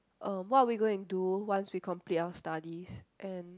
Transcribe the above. uh what are we going to do once we complete our studies and